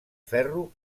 ferro